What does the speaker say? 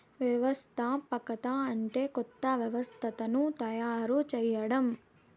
వ్యవస్థాపకత అంటే కొత్త వ్యవస్థను తయారు చేయడం